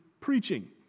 preaching